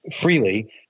freely